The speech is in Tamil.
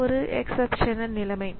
இது ஒரு எக்சப்ஷனல் நிலைமை